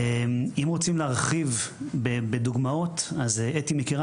אם רוצים להרחיב בדוגמאות אז אתי מכירה,